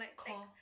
call